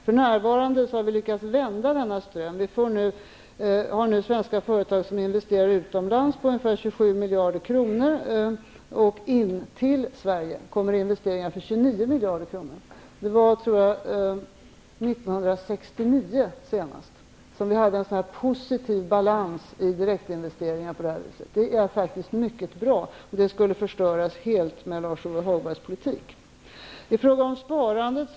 Just nu har vi lyckats vända denna ström. Svenska företag investerar nu utomlands ungefär 27 miljarder kronor, och in till Sverige kommer investeringar för 29 miljarder kronor. Jag tror att det senast var 1969 som vi hade en sådan positiv balans i direktinvesteringarna. Den är faktiskt mycket bra, men den skulle förstöras helt med Jag är glad för att få frågan om sparandet.